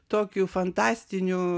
tokiu fantastiniu